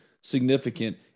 significant